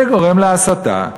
זה גורם להסתה.